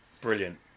brilliant